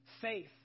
faith